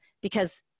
Because-